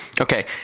Okay